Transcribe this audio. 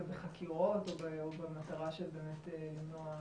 בחקירות או במטרה של באמת למנוע פשיעה?